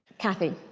kathy,